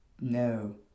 No